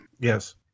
Yes